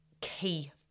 key